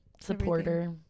supporter